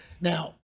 now